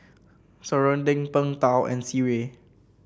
serunding Png Tao and sireh